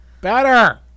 better